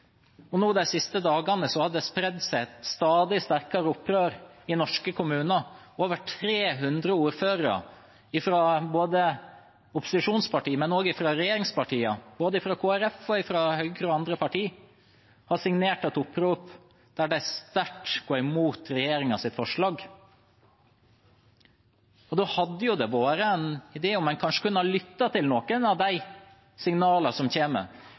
Nå, de siste dagene, har det spredd seg et stadig sterkere opprør i norske kommuner: Over 300 ordførere fra både opposisjonspartiene og regjeringspartiene, både fra Kristelig Folkeparti og fra Høyre og andre partier, har signert på et opprop der de sterkt går imot regjeringens forslag. Da hadde det jo vært en idé om en kanskje kunne ha lyttet til noen av de signalene som